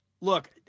Look